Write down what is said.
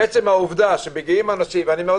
עצם העובדה שמגיעים אנשים ואני מאוד